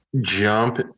jump